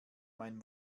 mein